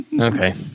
okay